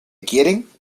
quieren